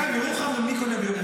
אגב, ירוחם, מי קונה בירוחם?